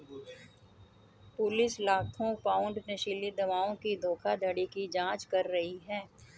police लाखों pound नशीली दवाओं की धोखाधड़ी की जांच कर रही है